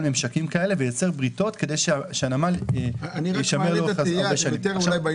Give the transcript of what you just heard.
ממשקים כאלה שייצר בריתות כדי שהנמל יישמר לאורך שנים רבות.